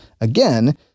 again